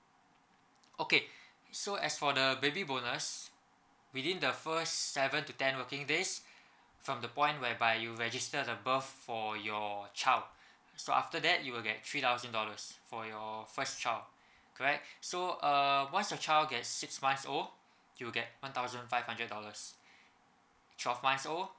okay so as for the baby bonus within the first seven to ten working days from the point whereby you registered the birth for your child so after that you will get three thousand dollars for your first child correct so uh once your child gets six month old you'll get one thousand five hundred dollars twelve month old